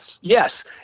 Yes